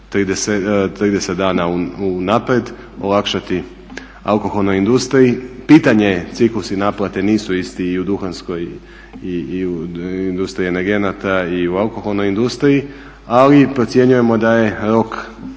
30 dana unaprijed, olakšati alkoholnoj industriji. Pitanje je ciklusi naplate nisu isti i u duhanskoj i u industriji energenata i u alkoholnoj industriji, ali procjenjujemo da je rok